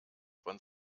von